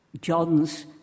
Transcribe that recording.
John's